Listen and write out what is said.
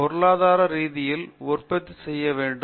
பொருளாதார ரீதியாக உற்பத்தி செய்ய வேண்டும்